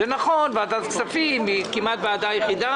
נכון, ועדת כספים היא כמעט הוועדה היחידה